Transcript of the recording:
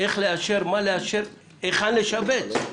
איך לאשר, מה לאשר, היכן לשבץ.